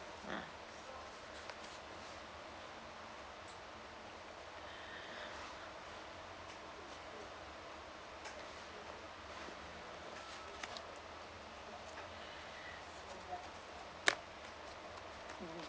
ah